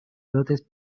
dotes